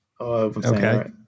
Okay